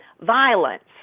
violence